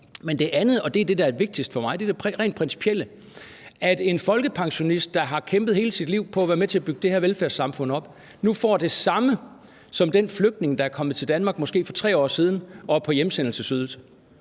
Men det andet – og det er det, der er vigtigst for mig – er det rent principielle, altså at en folkepensionist, der har kæmpet hele sit liv for at være med til at bygge det her velfærdssamfund op, nu får det samme som den flygtning, der er kommet til Danmark for måske 3 år siden, og som er på hjemsendelsesydelse,